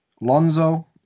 Lonzo